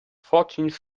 fourteenth